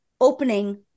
opening